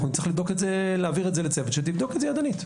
אנחנו נצטרך להעביר את זה לצוות שיבדוק את זה ידנית.